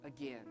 again